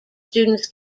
students